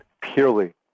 purely